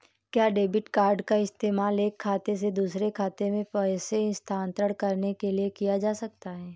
क्या debit card का इस्तेमाल एक खाते से दूसरे खाते में पैसे स्थानांतरण करने के लिए किया जा सकता है?